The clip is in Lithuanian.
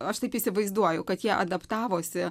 aš taip įsivaizduoju kad jie adaptavosi